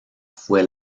fue